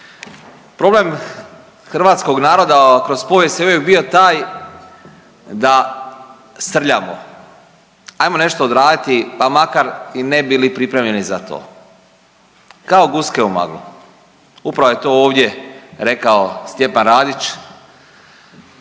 Problem hrvatskog naroda kroz povijest je uvijek bio taj da srljamo, hajmo nešto odraditi pa makar i ne bili pripremljeni za to, kao guske u maglu. Upravo je to ovdje rekao Stjepan Radić